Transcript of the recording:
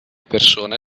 persone